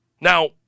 Now